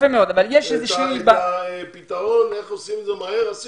את הפתרון איך עושים את זה מהר, כבר עשינו.